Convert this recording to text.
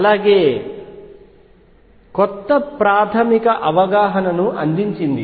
అలాగే కొత్త ప్రాథమిక అవగాహనను అందించింది